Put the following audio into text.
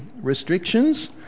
restrictions